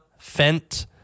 Fent